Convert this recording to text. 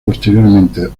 posteriormente